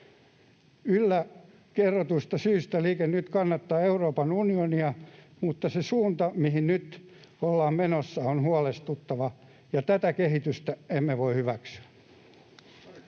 Yllä kerrotuista syistä Liike Nyt kannattaa Euroopan unionia, mutta se suunta, mihin nyt ollaan menossa, on huolestuttava, ja tätä kehitystä emme voi hyväksyä.